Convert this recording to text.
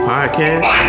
Podcast